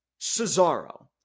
Cesaro